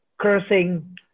Cursing